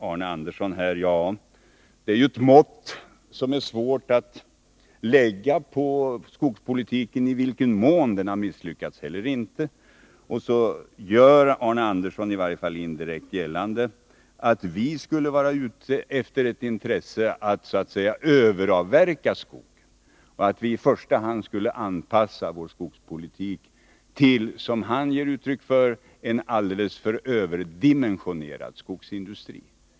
Arne Andersson i Ljung säger att det är svårt att anlägga ett mått på huruvida skogspolitiken misslyckats eller inte. Han gör i varje fall indirekt gällande att vi skulle ha intresse av att överavverka skog och anpassa vår skogspolitik till en överdimensionerad skogsindustri.